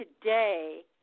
today